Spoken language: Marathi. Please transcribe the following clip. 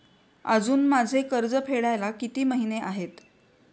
अजुन माझे कर्ज फेडायला किती महिने आहेत?